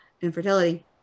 infertility